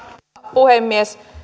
puhemies